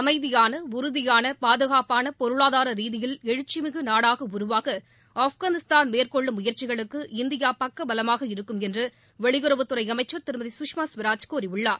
அமைதியாள உறுதியான பாதுகாப்பான பொருளாதார ரீதியில் எழுச்சிமிகு நாடாக உருவாக ஆப்கானிஸ்தான் மேற்கொள்ளும் முயற்சிஙளுக்கு இந்தியா பக்க பலமாக இருக்கும் என்று வெளியுறவுத்துறை அமைச்சர் திருமதி சுஷ்மா ஸ்வராஜ் கூறியுள்ளார்